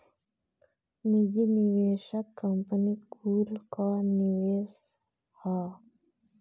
निजी निवेशक कंपनी कुल कअ निवेश हअ